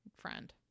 friend